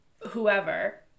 whoever